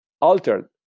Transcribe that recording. altered